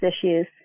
issues